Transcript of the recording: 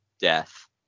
Death